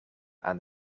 aan